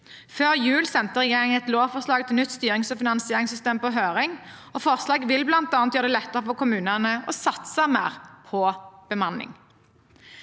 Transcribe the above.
Før jul sendte regjeringen et lovforslag til nytt styrings- og finansieringssystem på høring. Forslaget vil bl.a. gjøre det lettere for kommunene å satse mer på bemanning.